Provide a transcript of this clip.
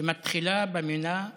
שמתחילה במילה "א-סלאם",